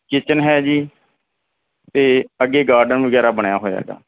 kitchen ਹੈ ਜੀ ਅਤੇ ਅੱਗੇ ਗਾਰਡਨ ਵਗੈਰਾ ਬਣਿਆ ਹੋਇਆ ਹੈਗਾ